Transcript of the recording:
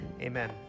Amen